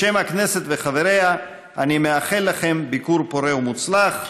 בשם הכנסת וחבריה אני מאחל לכם ביקור פורה ומוצלח.